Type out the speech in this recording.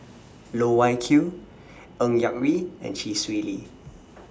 Loh Wai Kiew Ng Yak Whee and Chee Swee Lee